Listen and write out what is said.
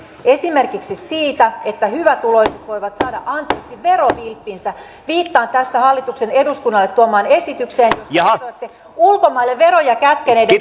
esimerkiksi siitä että hyvätuloiset voivat saada anteeksi verovilppinsä viittaan tässä hallituksen eduskunnalle tuomaan esitykseen jossa ehdotatte ulkomaille veroja kätkeneiden